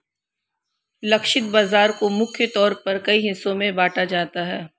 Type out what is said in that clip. लक्षित बाजार को मुख्य तौर पर कई हिस्सों में बांटा जाता है